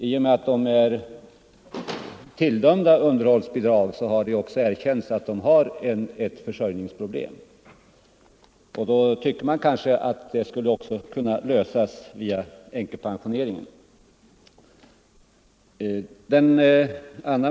I och med att de är tilldömda underhållsbidrag har det också erkänts att de har ett försörjningsproblem, och då tycker man kanske att detta också kunde lösas via änkepensioneringen.